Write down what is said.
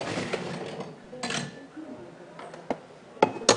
זה אולי הילדים שלך --- כן,